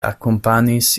akompanis